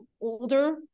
older